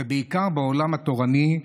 ובעיקר בעולם התורני,